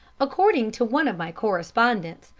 according to one of my correspondents,